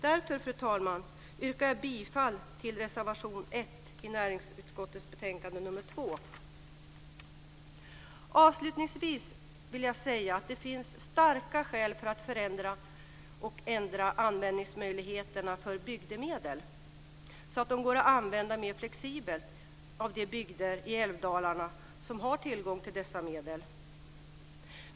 Därför, fru talman, yrkar jag bifall till reservation Avslutningsvis vill jag säga att det finns starka skäl för att förändra möjligheterna att använda bygdemedel. De bygder i älvdalarna som har tillgång till dessa medel ska kunna använda dem mer flexibelt.